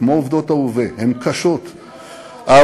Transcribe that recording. אני ידיד נלהב של ישראל